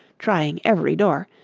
trying every door,